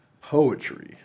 poetry